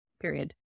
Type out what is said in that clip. period